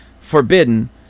forbidden